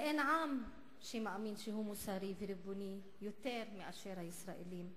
ואין עם שמאמין שהוא מוסרי וריבוני יותר מאשר הישראלים.